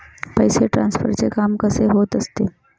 पैसे ट्रान्सफरचे काम कसे होत असते?